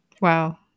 Wow